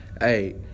hey